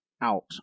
out